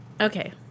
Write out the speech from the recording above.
okay